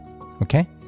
okay